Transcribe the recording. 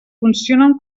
funcionen